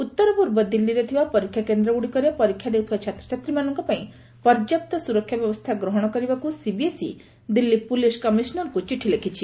ଉତ୍ତର ପୂର୍ବ ଦିଲ୍ଲୀରେ ଥିବା ପରୀକ୍ଷା କେନ୍ଦ୍ର ଗୁଡ଼ିକରେ ପରୀକ୍ଷା ଦେଉଥିବା ଛାତ୍ରଛାତ୍ରୀମାଙ୍କ ପାଇଁ ପର୍ଯ୍ୟାପ୍ତ ସୁରକ୍ଷା ବ୍ୟବସ୍ଥା ଗ୍ରହଣ କରିବାକୁ ସିବିଏସ୍ଇ ଦିଲ୍ଲୀ ପୁଲିସ କମିଶନରଙ୍କୁ ଚିଠି ଲେଖିଛି